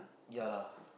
ya lah